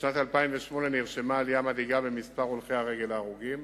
בשנת 2008 נרשמה עלייה מדאיגה במספר הולכי-הרגל ההרוגים.